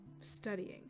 Studying